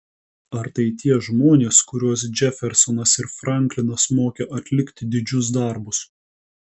ar tai tie žmonės kuriuos džefersonas ir franklinas mokė atlikti didžius darbus